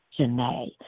Janae